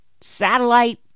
satellite